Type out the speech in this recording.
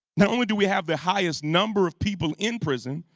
not only do we have the highest number of people in prison,